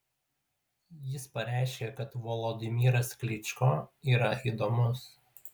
jis pareiškė kad volodymyras klyčko yra įdomus